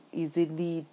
easily